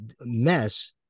mess